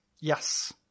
Yes